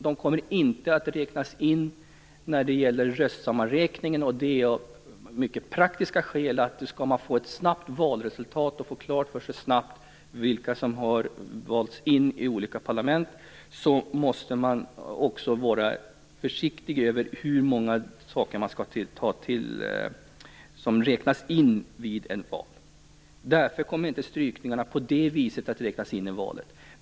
De kommer inte att räknas in vid röstsammanräkningen, och det av mycket praktiska skäl: Skall man snabbt få fram ett valresultat och snabbt få klart för sig vilka som har valts in i olika parlament måste man också vara försiktig med hur många saker man tar hänsyn till vid ett val. Därför kommer inte strykningarna att tas med på det viset.